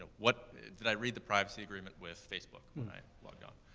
what did i read the privacy agreement with facebook when i logged on?